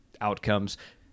outcomes